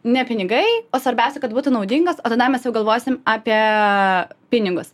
ne pinigai o svarbiausia kad būtų naudingas o tada mes jau galvosim apie pinigus